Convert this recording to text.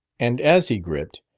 and as he gripped,